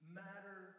matter